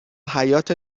حیاط